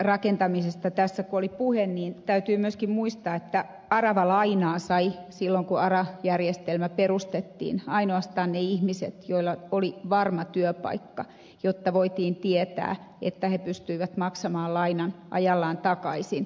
kun tässä oli puhe aravarakentamisesta niin täytyy myöskin muistaa että aravalainaa saivat silloin kun ara järjestelmä perustettiin ainoastaan ne ihmiset joilla oli varma työpaikka jotta voitiin tietää että he pystyivät maksamaan lainan ajallaan takaisin